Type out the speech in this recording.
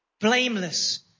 Blameless